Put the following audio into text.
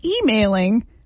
emailing